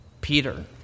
Peter